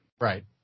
Right